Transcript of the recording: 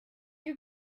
you